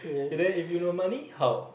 if then you no money how